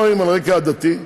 רקע עדתי,